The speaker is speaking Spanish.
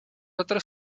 otros